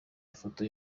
ifoto